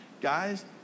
guys